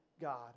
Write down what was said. God